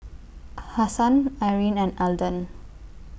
Hassan Irene and Elden